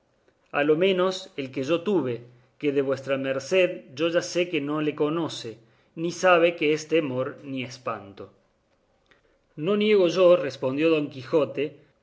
a lo menos el que yo tuve que de vuestra merced ya yo sé que no le conoce ni sabe qué es temor ni espanto no niego yo respondió don quijote